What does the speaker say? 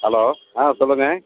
hello ஆ சொல்லுங்கள்